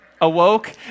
awoke